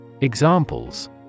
Examples